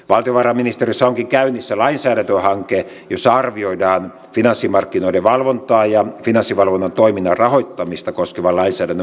valtiovarainministeriössä onkin käynnissä lainsäädäntöhanke jossa arvioidaan finanssimarkkinoiden valvontaa ja finanssivalvonnan toiminnan rahoittamista koskevan lainsäädännön muutostarpeita